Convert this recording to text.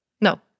No